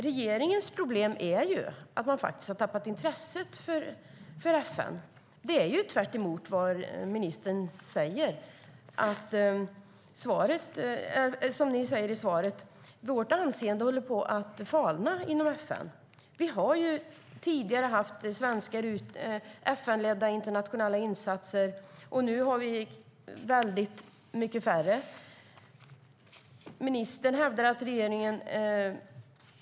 Regeringens problem är att ni har tappat intresset för FN, tvärtemot vad ministern säger i svaret. Vårt anseende håller på att falna inom FN. Vi har tidigare haft svenska FN-ledda internationella insatser, och nu har vi mycket färre sådana.